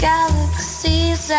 Galaxies